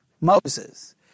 Moses